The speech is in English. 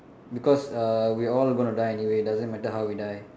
because uh we all gonna die anyway doesn't matter how we die